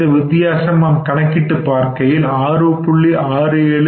இந்த வித்தியாசம் நாம் கணக்கிட்டுப் பார்க்கையில் 6